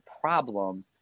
problem